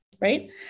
right